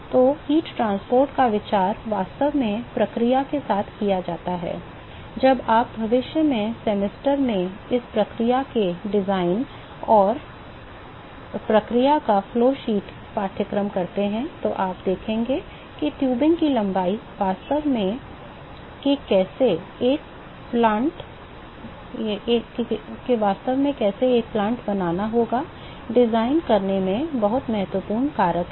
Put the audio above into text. तो ऊष्मा परिवहन का विचार वास्तव में प्रक्रिया के साथ किया जाता है जब आप भविष्य के सेमेस्टर में इस प्रक्रिया के डिजाइन और प्रक्रिया प्रवाह पत्र पाठ्यक्रम करते हैं तो आप देखेंगे कि टयूबिंग की लंबाई वास्तव में कि कैसे एक प्लांट बनाना होगा डिजाइन करने में बहुत महत्वपूर्ण कारक है